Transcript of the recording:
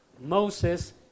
Moses